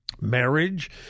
marriage